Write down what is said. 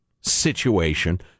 situation